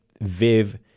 Viv